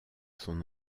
son